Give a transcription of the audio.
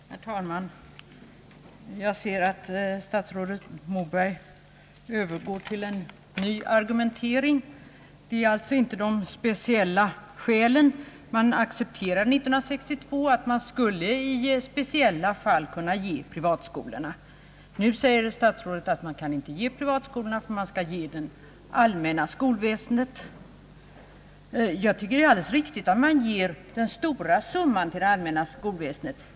Herr talman! Jag konstaterar att statsrådet Moberg övergår till en ny argumentering. Nu gäller alltså inte den princip som man accepterade 1962, nämligen att privatskolor i speciella fall skulle kunna få bidrag. Nu säger statsrådet att man inte kan ge något till privatskolorna, ty man skall ge till det allmänna skolväsendet. Jag tycker det är riktigt att ge den stora summan till det allmänna skolväsendet.